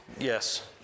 Yes